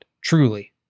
truly